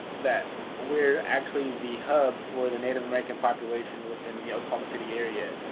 that we're actually the hub for the native american population within the oklahoma city area,